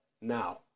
now